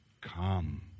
come